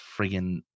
friggin